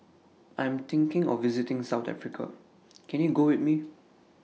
I'm thinking of visiting South Africa Can YOU Go with Me